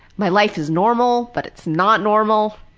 my life is normal but it's not normal.